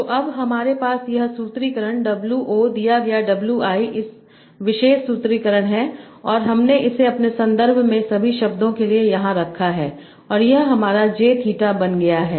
तो अब हमारे पास यह सूत्रीकरण Wo दिया गया WI इस विशेष सूत्रीकरण और हमने इसे अपने संदर्भ में सभी शब्दों के लिए यहाँ रखा है और यह हमारा j थीटा बन गया है